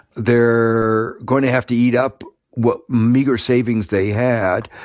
they're going to have to eat up what meager savings they had.